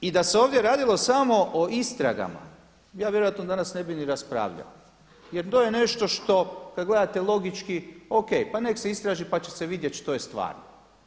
I da se ovdje radilo sam o istragama, ja vjerojatno danas ne bih ni raspravljao jer to je nešto što kada gledate logički, O.K, pa neka se istraži pa će se vidjeti što je stvarno.